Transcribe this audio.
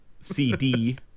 CD